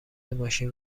ماشین